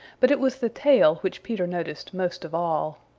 but it was the tail which peter noticed most of all.